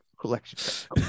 collection